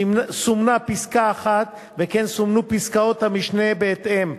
סומנה פסקה (1) וכן סוכמו פסקאות המשנה בהתאם,